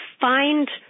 find